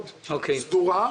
מאוד סדורה.